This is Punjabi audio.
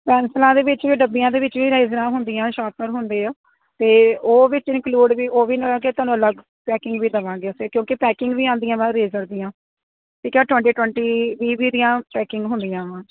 ਪੈਨਸਲਾਂ ਦੇ ਵਿੱਚ ਵੀ ਡੱਬੀਆਂ ਦੇ ਵਿੱਚ ਵੀ ਰੇਜਰਾਂ ਹੁੰਦੀਆਂ ਸ਼ੋਪਨਰ ਹੁੰਦੇ ਆ ਅਤੇ ਉਹ ਵਿੱਚ ਇੰਕਲਿਊਡ ਵੀ ਉਹ ਵੀ ਮਤਲਬ ਕਿ ਤੁਹਾਨੂੰ ਅਲੱਗ ਪੈਕਿੰਗ ਵੀ ਦੇਵਾਂਗੇ ਅਸੀਂ ਕਿਉਂਕਿ ਪੈਕਿੰਗ ਵੀ ਆਉਂਦੀਆਂ ਵਾ ਰੇਜਰ ਦੀਆਂ ਠੀਕ ਹੈ ਟਵੈਂਟੀ ਟਵੈਂਟੀ ਵੀਹ ਵੀਹ ਦੀਆਂ ਪੈਕਿੰਗ ਹੁੰਦੀਆਂ ਵਾਂ